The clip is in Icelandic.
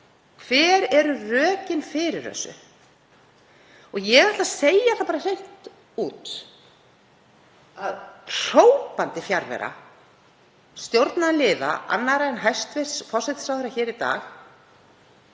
Hver eru rökin fyrir þessu? Og ég ætla að segja það bara hreint út að hrópandi fjarvera stjórnarliða annarra en hæstv. forsætisráðherra hér í dag